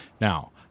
Now